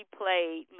played